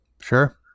Sure